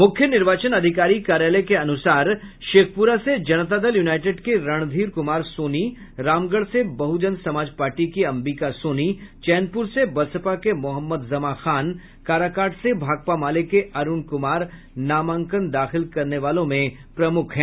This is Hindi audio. मूख्य निर्वाचन अधिकारी कार्यालय के अनुसार शेखपूरा से जनता दल यूनाइटेड के रणधीर कुमार सोनी रामगढ़ से बहुजन समाज पार्टी की अंबिका सोनी चैनपूर से बसपा के मोहम्मद जमा खान काराकाट से भाकपा माले के अरुण कुमार नामांकन दाखिल करने वालों में प्रमुख है